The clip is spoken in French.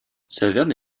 saverne